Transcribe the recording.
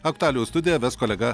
aktualijų studiją ves kolega